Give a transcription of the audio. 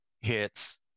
hits